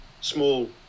small